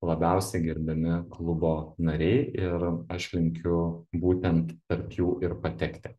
labiausiai gerbiami klubo nariai ir aš linkiu būtent tarp jų ir patekti